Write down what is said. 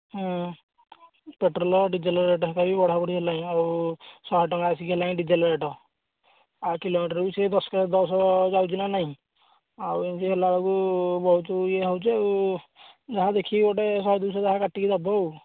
ହଁ petrol diesel rate ବି ବଢ଼ା ବଢି ହେଲାଣି ଆଉ ଶହେ ଟଙ୍କା ଆସିକି ହେଲାଣି ଡିଜେଲ୍ ରେଟ୍ ଆଉ କିଲୋମିଟର୍ ବି ସେଇ ଦଶ ଯାଉଛି ନା ନାଇଁ ଆଉ ଏମିତି ହେଲା ବେଳକୁ ବହୁତ ଇଏ ହେଉଛି ଆଉ ଯାହା ଦେଖିକି ଗୋଟେ ଶହେ ଦୁଇଶହ ଯାହା କାଟିକି ଦେବ ଆଉ